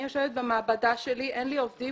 אני יושבת במעבדה שלי ואין לי עובדים